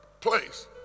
place